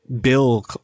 bill-